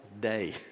day